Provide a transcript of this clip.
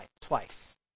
twice